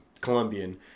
Colombian